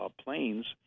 planes